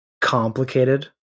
complicated